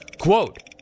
Quote